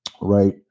Right